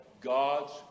God's